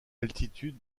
altitude